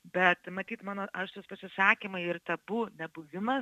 bet matyt mano aštrūs pasisakymai ir tabu nebuvimas